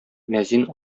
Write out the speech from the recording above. мәзин